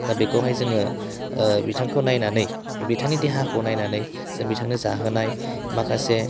दा बेखौहाय जोङो बिथांखौ नायनानै बिथांनि देहाखौ नायनानै जों बिथांनो जाहोनाय माखासे